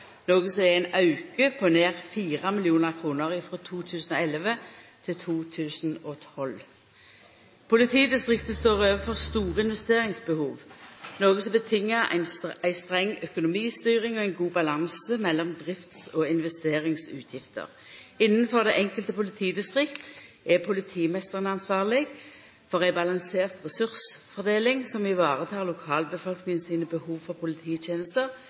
noko som er ein auke på nær 4 mill. kr frå 2011 til 2012. Politidistriktet står overfor store investeringsbehov, noko som krev ei streng økonomistyring og ein god balanse mellom drifts- og investeringsutgifter. Innanfor det enkelte politidistrikt er politimeistrane ansvarlege for ei balansert ressursfordeling, som tek vare på lokalbefolkninga sine behov for polititenester